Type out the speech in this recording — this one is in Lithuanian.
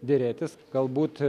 derėtis galbūt